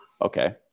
Okay